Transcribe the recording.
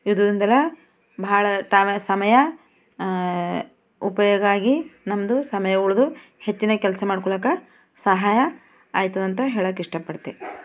ಭಾಳ ಸಮಯ ಉಪಯೋಗ ಆಗಿ ನಮ್ಮದು ಸಮಯ ಉಳಿದು ಹೆಚ್ಚಿನ ಕೆಲಸ ಮಾಡ್ಕೊಳ್ಳಾಕ ಸಹಾಯ ಆಯ್ತದಂತ ಹೇಳೋಕೆ ಇಷ್ಟಪಡ್ತೀನಿ